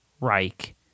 Reich